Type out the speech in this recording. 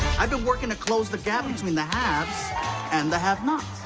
i've been working to close the gap between the haves and the have-nots.